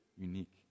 unique